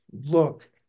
look